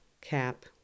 cap